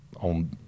on